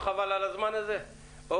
הנוכחי.